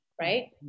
right